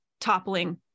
toppling